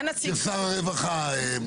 שר הרווחה.